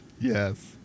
Yes